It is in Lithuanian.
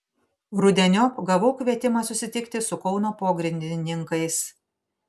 rudeniop gavau kvietimą susitikti su kauno pogrindininkais